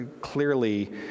clearly